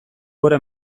gora